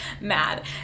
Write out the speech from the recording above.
mad